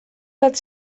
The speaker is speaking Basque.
bat